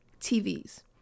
TVs